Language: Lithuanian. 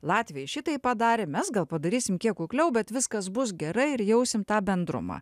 latviai šitai padarė mes gal padarysime kiek kukliau bet viskas bus gerai ir jausim tą bendrumą